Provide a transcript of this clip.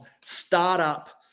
startup